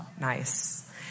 Nice